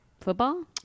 football